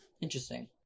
interesting